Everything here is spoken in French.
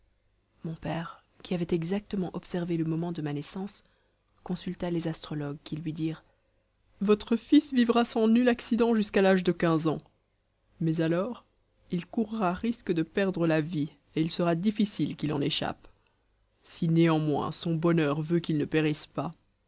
mon père qui avait exactement observé le moment de ma naissance consulta les astrologues qui lui dirent votre fils vivra sans nul accident jusqu'à l'âge de quinze ans mais alors il courra risque de perdre la vie et il sera difficile qu'il en échappe si néanmoins son bonheur veut qu'il ne périsse pas